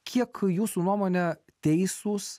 kiek jūsų nuomone teisūs